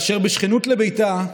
כאשר בשכנות לביתה,